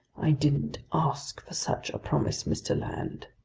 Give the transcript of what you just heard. i didn't ask for such a promise, mr. land,